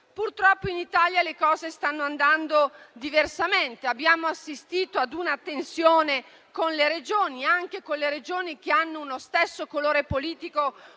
Purtroppo in Italia le cose stanno andando diversamente. Abbiamo assistito a una tensione con le Regioni, anche con quelle che hanno lo stesso colore politico